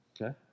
Okay